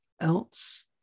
else